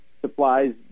supplies